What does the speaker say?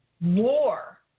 war